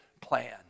plan